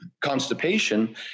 constipation